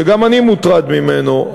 שגם אני מוטרד ממנו.